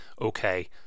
okay